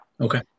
Okay